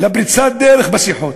לפריצת דרך בשיחות.